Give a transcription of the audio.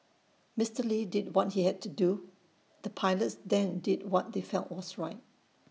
Mr lee did what he had to do the pilots then did what they felt was right